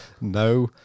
no